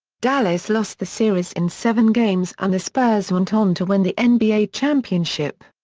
dallas lost the series in seven games and the spurs went on to win the and nba championship.